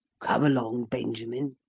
come along, benjamin,